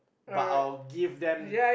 but I will give them